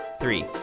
Three